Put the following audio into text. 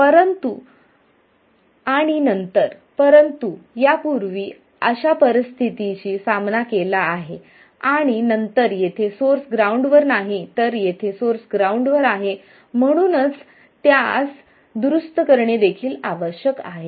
आणि नंतर परंतु यापूर्वी अशा परिस्थितीशी सामना केला आहे आणि नंतर येथे सोर्स ग्राउंडवर नाही तर येथे सोर्स ग्राउंडवर आहे म्हणूनच त्यास दुरुस्त करणे देखील आवश्यक आहे